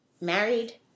married